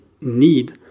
need